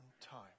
time